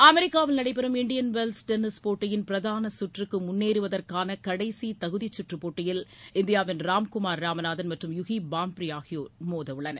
அமெரிக்காவில் நடைபெறும் Indian Wells tennis போட்டியின் பிரதான சுற்றுக்கு முன்னேறுவதற்காக கடைசி தகுதிச் சுற்றுப் போட்டியில் இந்தியாவின் ராம்குமார் ராமநாதன் மற்றும் யூகி பாம்ரி ஆகியோர் மோதவுள்ளனர்